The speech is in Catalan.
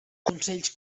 consells